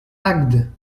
agde